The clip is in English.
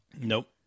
Nope